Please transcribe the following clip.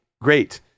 great